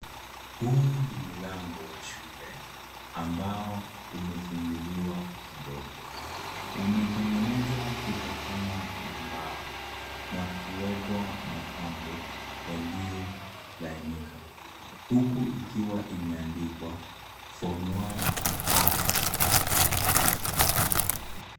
Huu ni mlango wa shule ambao umefunguliwa kidogo. Umetengenezwa kutokana na mbao, na kuwekwa mapambo yaliyolainika. Huku ikiwa imeandikwa form one R .